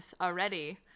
already